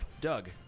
doug